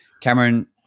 Cameron